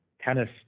tennis